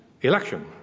election